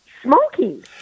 smoking